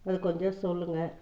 எங்களுக்கு கொஞ்சம் சொல்லுங்கள்